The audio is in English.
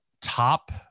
top